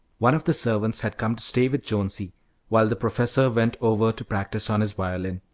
one of the servants had come to stay with jonesy while the professor went over to practise on his violin.